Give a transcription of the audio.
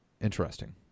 Interesting